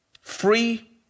Free